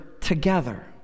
together